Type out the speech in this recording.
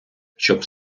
щоб